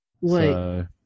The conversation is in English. Wait